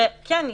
שכן,